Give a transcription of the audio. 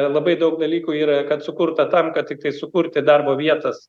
labai daug dalykų yra kad sukurta tam kad tiktai sukurti darbo vietas